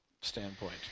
standpoint